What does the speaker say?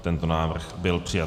Tento návrh byl přijat.